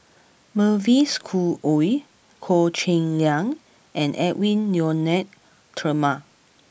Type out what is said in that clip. Mavis Khoo Oei Goh Cheng Liang and Edwy Lyonet Talma